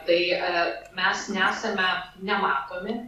tai e mes nesame nematomi